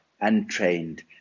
untrained